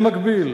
במקביל,